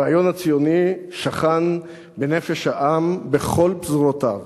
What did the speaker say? הרעיון הציוני שכן בנפש העם בכל פזורותיו,